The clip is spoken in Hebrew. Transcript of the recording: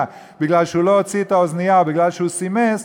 מפני שהוא לא הוציא את האוזנייה או מפני שהוא סימס,